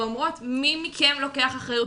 ואומרות - מי מכם לוקח אחריות,